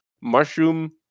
Mushroom